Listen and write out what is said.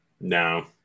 No